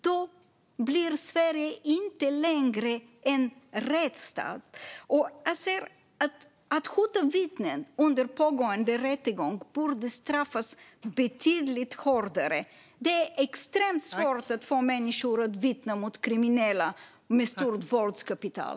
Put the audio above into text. Då är Sverige inte längre en rättsstat. Att hota vittnen under pågående rättegång borde straffas betydligt hårdare. Det är extremt svårt att få människor att vittna mot kriminella med stort våldskapital.